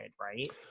right